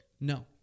No